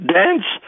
dance